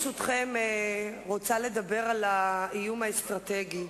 על הגמל, השמש יוקדת,